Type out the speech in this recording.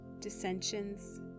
dissensions